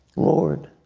lord,